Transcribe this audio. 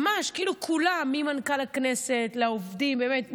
ממש כולם, ממנכ"ל הכנסת ועד העובדים, באמת.